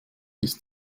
ist